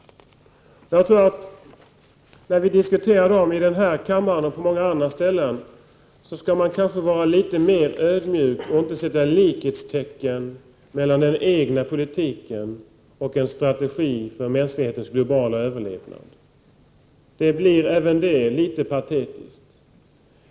Jag tror att vi, när vi diskuterar de frågorna i den här kammaren och på många andra ställen, kanske skall vara litet mer ödmjuka och inte sätta likhetstecken mellan den egna politiken och en strategi för mänsklighetens globala överlevnad. Det blir även det litet patetiskt.